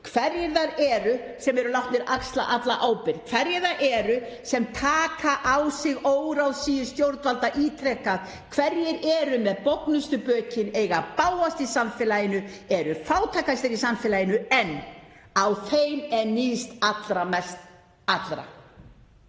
hverjir það eru sem eru látnir axla alla ábyrgð, hverjir það eru sem ítrekað taka á sig óráðsíu stjórnvalda, hverjir eru með bognustu bökin, eiga bágast í samfélaginu, eru fátækastir í samfélaginu en á þeim er níðst mest allra.